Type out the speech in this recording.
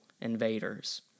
invaders